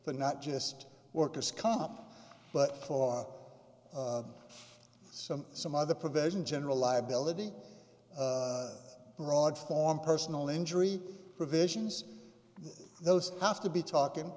the not just workers comp but for some some other provision general liability broad form personal injury provisions those have to be talking